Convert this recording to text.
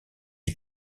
est